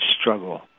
struggle